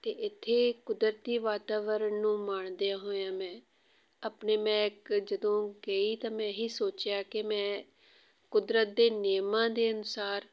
ਅਤੇ ਇੱਥੇ ਕੁਦਰਤੀ ਵਾਤਾਵਰਣ ਨੂੰ ਮਾਣਦਿਆਂ ਹੋਇਆਂ ਮੈਂ ਆਪਣੀ ਮੈਂ ਇੱਕ ਜਦੋਂ ਗਈ ਤਾਂ ਮੈਂ ਇਹੀ ਸੋਚਿਆ ਕਿ ਮੈਂ ਕੁਦਰਤ ਦੇ ਨਿਯਮਾਂ ਦੇ ਅਨੁਸਾਰ